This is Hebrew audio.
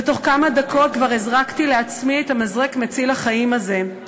ובתוך כמה דקות כבר הזרקתי לעצמי במזרק מציל החיים הזה.